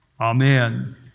amen